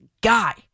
guy